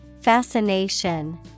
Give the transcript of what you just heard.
Fascination